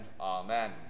Amen